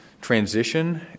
transition